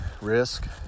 risk